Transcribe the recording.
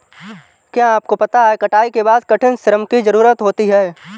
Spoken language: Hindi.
क्या आपको पता है कटाई के बाद कठिन श्रम की ज़रूरत होती है?